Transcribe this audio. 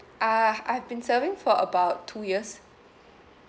uh I've been serving for about two years